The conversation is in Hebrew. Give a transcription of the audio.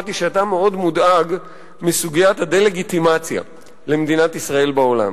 שמעתי שאתה מאוד מודאג מסוגיית הדה-לגיטימציה של מדינת ישראל בעולם.